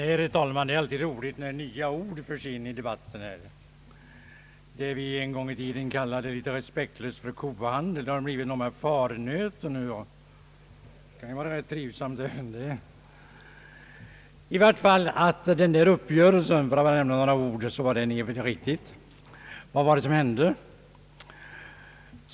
Herr talman! Det är alltid roligt när nya ord förs in i debatten. Det som vi en gång respektlöst kallade för kohandel har nu blivit farnöte, och det är ju trivsamt. I varje fall var den uppgörelse som då träffades riktig.